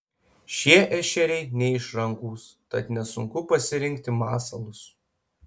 šie ešeriai neišrankūs tad nesunku pasirinkti masalus